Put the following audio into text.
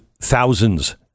thousands